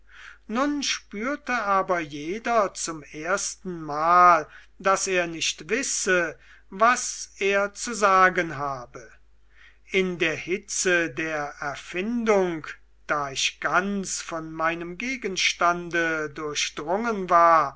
nun spürte aber jeder zum erstenmal daß er nicht wisse was er zu sagen habe in der hitze der erfindung da ich ganz von meinem gegenstande durchdrungen war